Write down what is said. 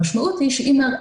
המשמעות היא שאם ה-R,